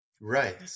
Right